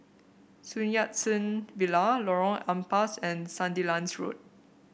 Sun Yat Sen Villa Lorong Ampas and Sandilands Road